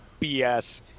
BS